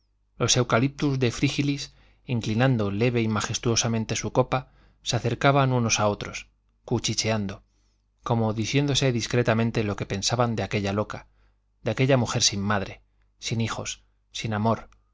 los eucaliptus de frígilis inclinando leve y majestuosamente su copa se acercaban unos a otros cuchicheando como diciéndose discretamente lo que pensaban de aquella loca de aquella mujer sin madre sin hijos sin amor